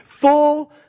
full